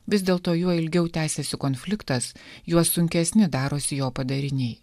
vis dėlto juo ilgiau tęsiasi konfliktas juo sunkesni darosi jo padariniai